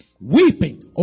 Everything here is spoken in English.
Weeping